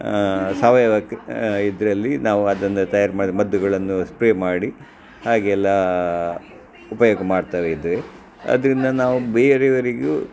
ಸಾವಯವಕ್ಕೆ ಇದರಲ್ಲಿ ನಾವು ಅದನ್ನು ತಯಾರಿ ಮಾಡಿದ ಮದ್ದುಗಳನ್ನು ಸ್ಪ್ರೇ ಮಾಡಿ ಹಾಗೆಲ್ಲ ಉಪಯೋಗ ಮಾಡ್ತಾಯಿದ್ವಿ ಅದರಿಂದ ನಾವು ಬೇರೆಯವರಿಗೂ